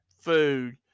food